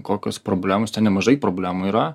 kokios problemos ten nemažai problemų yra